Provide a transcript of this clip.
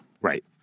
Right